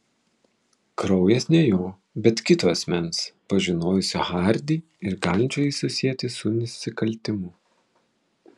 kraujas ne jo bet kito asmens pažinojusio hardį ir galinčio jį susieti su nusikaltimu